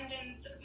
abundance